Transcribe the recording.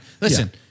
Listen-